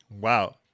Wow